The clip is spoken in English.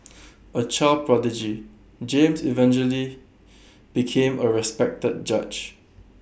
A child prodigy James eventually became A respected judge